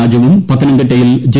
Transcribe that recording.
രാജുവും പത്തനംതിട്ടയിൽ ജെ